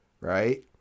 Right